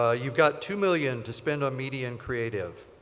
ah you've got two million to spend on media and creative.